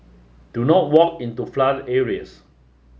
do not walk into flooded areas